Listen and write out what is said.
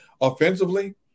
Offensively